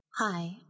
Hi